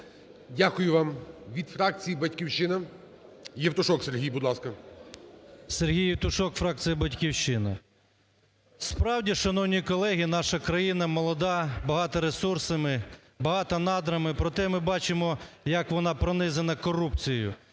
Дякую вам. Від фракції "Батьківщина"Євтушок Сергій, будь ласка. 10:43:55 ЄВТУШОК С.М. СергійЄвтушок, фракція "Батьківщина". Справді, шановні колеги, наша країна молода багата ресурсами, багата надрами, проте ми бачимо, як вона пронизана корупцією.